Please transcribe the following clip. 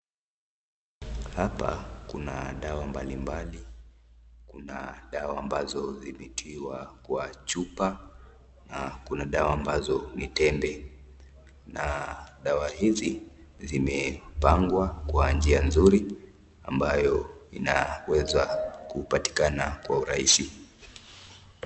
Hapa kuna dawa mbalimbali, kuna dawa ambazo zimetiwa kwa chupa, na kuna dawa ambazo ni tembe. Na dawa hizi zimepangwa kwa njia nzuri ambayo inaweza kupatikana kwa urahisi.